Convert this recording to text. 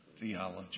theology